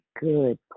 good